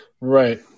Right